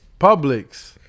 Publix